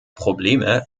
probleme